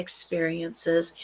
experiences